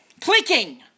Clicking